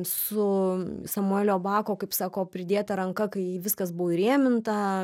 su samuelio bako kaip sako pridėta ranka kai viskas buvo įrėminta